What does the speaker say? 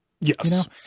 Yes